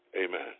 Amen